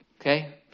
Okay